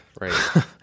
right